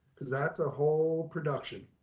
cause that's a whole production.